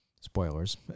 Spoilers